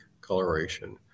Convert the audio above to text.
coloration